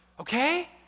okay